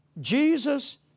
Jesus